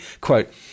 Quote